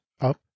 up